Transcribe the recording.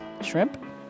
shrimp